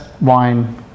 wine